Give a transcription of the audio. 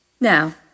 Now